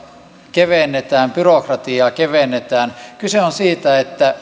kevennetään byrokratiaa kevennetään kyse on siitä